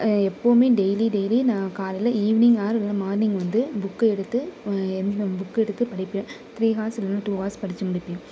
எப்போதுமே daily daily நான் காலையில் ஈவினிங் ஆர் இல்லைனா மார்னிங் வந்து புக்கை எடுத்து புக்கை எடுத்து படிப்பேன் த்ரீ ஹார்ஸ் இல்லைனா டூ ஹார்ஸ் படித்து முடிப்பேன்